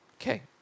Okay